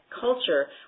culture